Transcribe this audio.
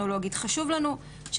סביב תופעה.